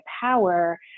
power